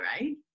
right